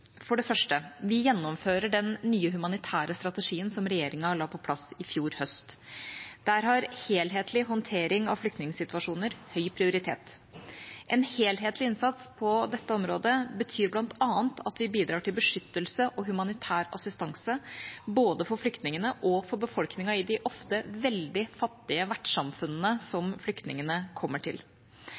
For det første: Vi gjennomfører den nye humanitære strategien som regjeringa la på plass i fjor høst. Der har helhetlig håndtering av flyktningsituasjoner høy prioritet. En helhetlig innsats på dette området betyr bl.a. at vi bidrar til beskyttelse og humanitær assistanse for både flyktningene og befolkningen i de ofte veldig fattige vertssamfunnene som flyktningene kommer til.